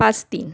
पाच तीन